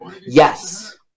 Yes